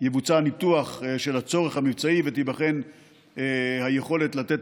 יבוצע ניתוח של הצורך המבצעי ותיבחן היכולת לתת